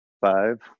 Five